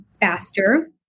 faster